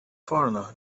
foreigner